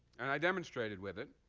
and i demonstrated with it.